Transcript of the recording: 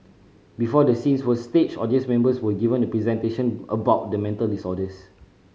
before the scenes were staged audience members were given a presentation about the mental disorders